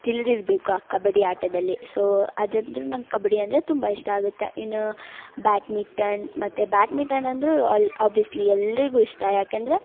ತಿಳಿದಿರ್ಬೇಕು ಆ ಕಬಡ್ಡಿ ಆಟದಲ್ಲಿ ಸೋ ಅದಂದ್ರೆ ನಂಗೆ ಕಬಡ್ಡಿ ಅಂದರೆ ತುಂಬ ಇಷ್ಟ ಆಗುತ್ತೆ ಇನ್ನೂ ಬ್ಯಾಟ್ಮಿಟನ್ ಮತ್ತು ಬ್ಯಾಟ್ಮಿಟನ್ ಅಂದರೂ ಅಲ್ಲಿ ಆಬಿಯಸ್ಲಿ ಎಲ್ಲರಿಗೂ ಇಷ್ಟ ಯಾಕೆಂದರೆ